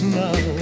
now